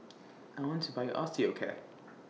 I want to Buy Osteocare